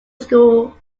school